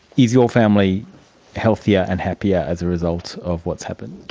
your family healthier and happier as a result of what has happened?